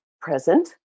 present